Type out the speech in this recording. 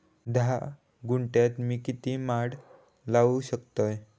धा गुंठयात मी किती माड लावू शकतय?